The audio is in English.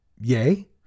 Yay